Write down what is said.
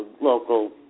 local